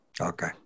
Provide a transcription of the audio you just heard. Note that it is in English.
Okay